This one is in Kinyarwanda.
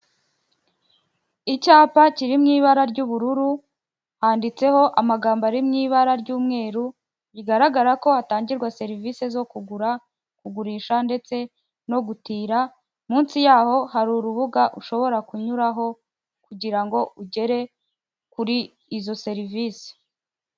Icyapa kiri mu ibara ry'ubururu, handitseho amagambo ari mu ibara ry'umweru, bigaragara ko hatangirwa serivisi zo kugura, kugurisha ndetse no gutira, munsi yaho hari urubuga ushobora kunyuraho kugira ngo ugere kuri izo serivisi.